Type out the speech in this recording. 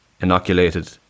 inoculated